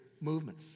movement